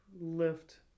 lift